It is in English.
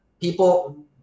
people